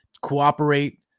cooperate